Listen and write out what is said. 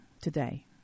today